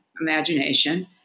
imagination